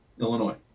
Illinois